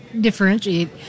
differentiate